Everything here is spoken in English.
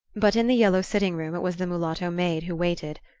but in the yellow sitting-room it was the mulatto maid who waited.